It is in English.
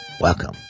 welcome